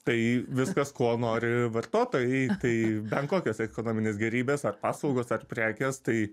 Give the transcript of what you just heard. tai viskas ko nori vartotojai tai ben kokios ekonominės gėrybės ar paslaugos ar prekės tai